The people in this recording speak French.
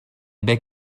baies